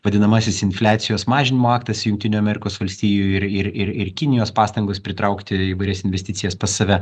vadinamasis infliacijos mažinimo aktas jungtinių amerikos valstijų ir ir ir ir kinijos pastangos pritraukti įvairias investicijas pas save